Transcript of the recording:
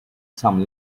some